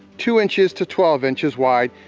two inches to twelve inches wide,